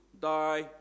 die